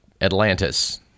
Atlantis